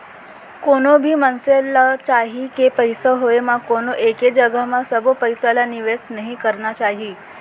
कोनो भी मनसे ल चाही के पइसा होय म कोनो एके जघा म सबो पइसा ल निवेस नइ करना चाही